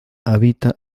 habita